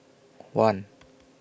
one